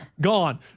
Gone